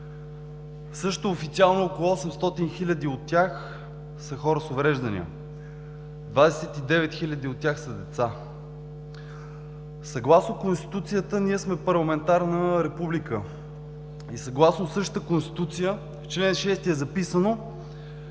Също официално около 800 хил. от тях са хора с увреждания, 29 хиляди от тях са деца. Съгласно Конституцията ние сме парламентарна република и съгласно същата Конституция в чл. 6 е записано: